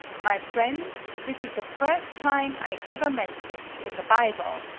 my friends, this is the first time i ever met this in the bible,